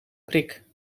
prik